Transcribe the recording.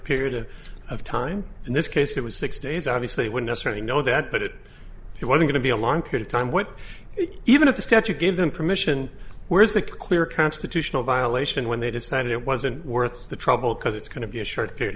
period of time in this case it was six days obviously would necessary know that but it he was going to be a long period of time what even if the step to give them permission where is the clear constitutional violation when they decided it wasn't worth the trouble because it's going to be a short period